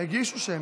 הגישו שמית,